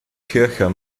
kircher